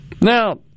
Now